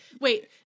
Wait